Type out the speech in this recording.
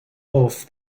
off